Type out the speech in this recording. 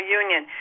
union